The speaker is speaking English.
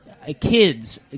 kids